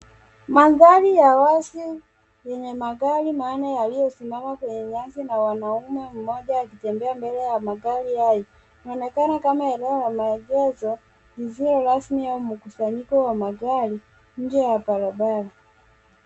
Mandhari ya wazi yenye magari manne yaliyosimama kwenye nyasi na mwanaume mmoja akitembea mbele ya magari hayo. Inaonekana kama eneo la maegesho lisilo rasmi au mkusanyiko wa magari nje ya barabara.